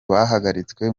bahagaritswe